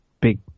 big